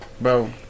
bro